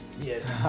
Yes